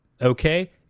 okay